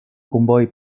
comboi